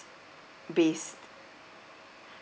based